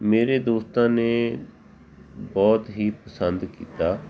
ਮੇਰੇ ਦੋਸਤਾਂ ਨੇ ਬਹੁਤ ਹੀ ਪਸੰਦ ਕੀਤਾ